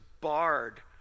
barred